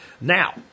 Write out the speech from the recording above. Now